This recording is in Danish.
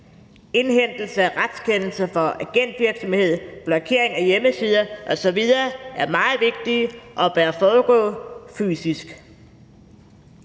Indhentelse af retskendelse for agentvirksomhed, blokering af hjemmesider osv. er meget vigtigt og bør foregå fysisk.